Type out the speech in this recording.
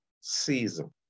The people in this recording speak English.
season